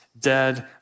dead